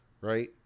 right